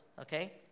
Okay